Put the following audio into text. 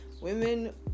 women